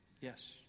Yes